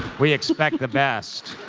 we expect the best.